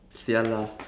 sia lah